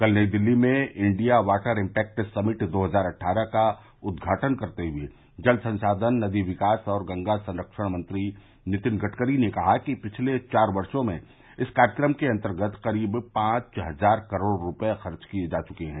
कल नई दिल्ली में India water impact summit दो हजार अट्ठारह का उद्घाटन करते हुए जल संसाधान नदी विकास और गंगा संरक्षण मंत्री नितिन गडकरी ने कहा कि पिछले चार वर्षो में इस कार्यक्रम के अंतर्गत करीब पांच हजार करोड़ रुपये खर्च किए जा चुके हैं